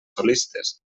solistes